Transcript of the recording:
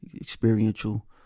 experiential